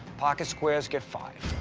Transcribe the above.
pocket squares get five.